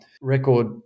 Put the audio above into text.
record